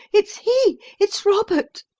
it's he! it's robert!